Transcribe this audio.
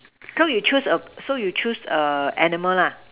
so you choose a so you choose a animal lah